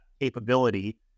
capability